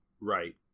right